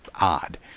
odd